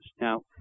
now